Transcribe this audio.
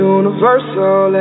universal